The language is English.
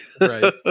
Right